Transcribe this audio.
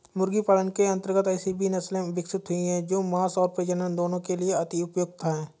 मुर्गी पालन के अंतर्गत ऐसी भी नसले विकसित हुई हैं जो मांस और प्रजनन दोनों के लिए अति उपयुक्त हैं